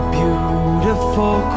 beautiful